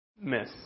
miss